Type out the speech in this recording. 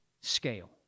scale